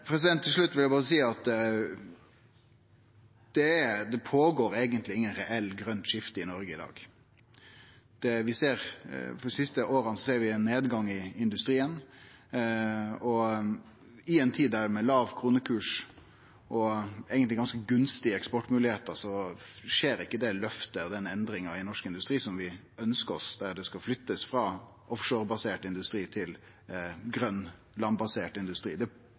Til slutt vil eg berre seie at det eigentleg ikkje går føre seg noko reelt grønt skifte i Noreg i dag. Dei siste åra ser vi ein nedgang i industrien, og i ei tid med låg kronekurs og eigentleg ganske gunstige eksportmoglegheiter skjer ikkje det løftet og den endringa i norsk industri som vi ønskjer oss, der det skal flyttast frå offshorebasert industri til grøn landbasert industri – det